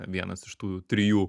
vienas iš tų trijų